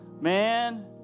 Man